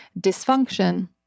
dysfunction